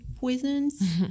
poisons